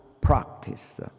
practice